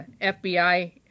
FBI